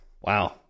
Wow